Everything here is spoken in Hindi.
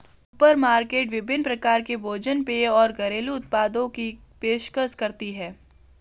सुपरमार्केट विभिन्न प्रकार के भोजन पेय और घरेलू उत्पादों की पेशकश करती है